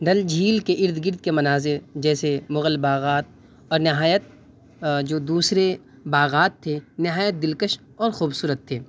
ڈل جھیل کے ارد گرد کے مناظر جیسے مغل باغات اور نہایت جو دوسرے باغات تھے نہایت دلکش اور خوبصورت تھے